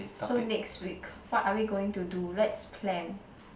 so next week what are we going to do let's plan